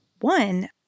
one